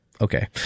okay